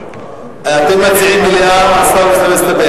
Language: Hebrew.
אתם מציעים מליאה, השר מציע להסתפק.